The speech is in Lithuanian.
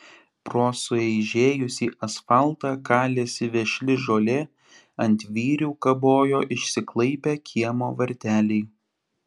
pro sueižėjusį asfaltą kalėsi vešli žolė ant vyrių kabojo išsiklaipę kiemo varteliai